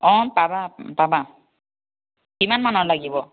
অঁ পাবা পাবা কিমানমানৰ লাগিব